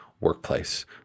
workplace